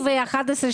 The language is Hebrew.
באת אלי עד היום?